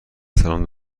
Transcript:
سلام